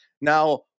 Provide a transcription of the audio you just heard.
Now